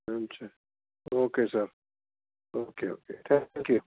એમ છે okay sir okay okay thank you